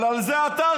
אבל על זה עתרתי.